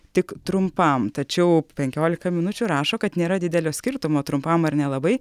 tik trumpam tačiau penkiolika minučių rašo kad nėra didelio skirtumo trumpam ar nelabai